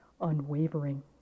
unwavering